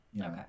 Okay